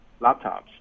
laptops